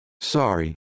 sorry